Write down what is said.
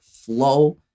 flow